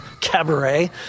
cabaret